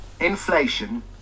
inflation